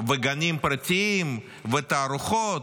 וגנים פרטיים ותערוכות.